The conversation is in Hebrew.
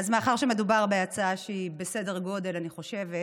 מאחר שמדובר בהצעה שהיא בסדר גודל, אני חושבת,